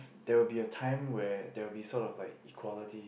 there will be a time where there will be sort of like equality